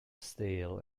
steel